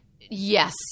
Yes